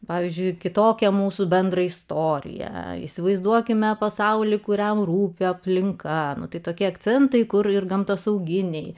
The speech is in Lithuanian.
pavyzdžiui kitokią mūsų bendrą istoriją įsivaizduokime pasaulį kuriam rūpi aplinka tai tokie akcentai kur ir gamtosauginiai